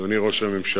אדוני ראש הממשלה,